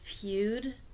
Feud